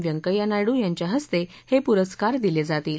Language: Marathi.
व्यंकैय्या नायडू यांच्या हस्ते हे पुरस्कार दिले जातील